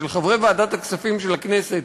של חברי ועדת הכספים של הכנסת,